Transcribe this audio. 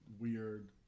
weird